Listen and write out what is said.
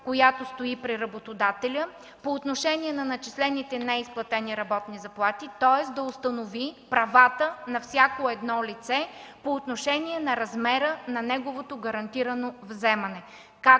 която стои при работодателя по отношение на начислените и неизплатени работни заплати, тоест да установи правата на всяко едно лице по отношение размера на неговото гарантирано вземане,